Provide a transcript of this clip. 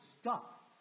stop